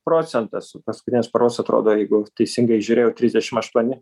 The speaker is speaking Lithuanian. procentas paskutinės paros atrodo jeigu teisingai žiūrėjau trisdešim aštuoni